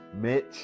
Mitch